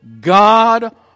God